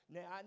Now